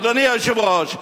אדוני היושב-ראש,